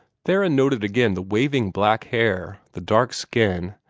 theron noted again the waving black hair, the dark skin,